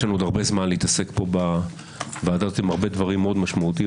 לנו עוד הרבה זמן להתעסק בדברים מאוד משמעותיים.